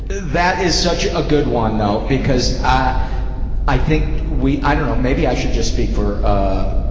that is such a good one though, because, i i think we, i dunno, maybe i should just speak for, ah,